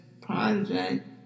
project